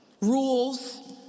rules